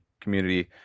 community